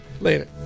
later